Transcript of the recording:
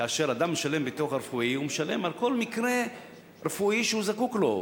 כאשר אדם משלם ביטוח רפואי הוא משלם על כל מקרה רפואי שהוא זקוק לו,